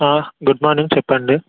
good morning చెప్పండి